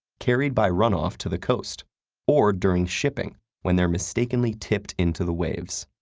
carried by runoff to the coast or during shipping when they're mistakenly tipped into the waves.